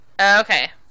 Okay